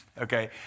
okay